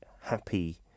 happy